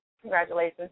Congratulations